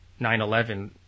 9-11